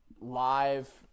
live